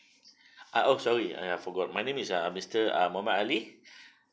ah oh sorry I forgot my name is uh mister ah muhamad ali